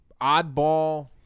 oddball